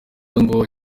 ngo